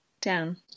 down